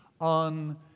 on